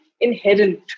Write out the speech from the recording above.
inherent